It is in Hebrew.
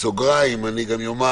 בסוגריים אני גם אומר